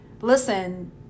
listen